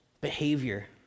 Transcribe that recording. behavior